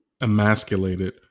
emasculated